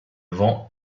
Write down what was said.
vent